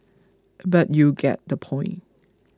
but you get the point